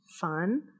fun